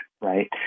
right